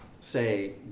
say